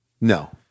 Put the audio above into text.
No